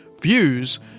views